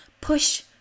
push